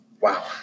Wow